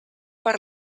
per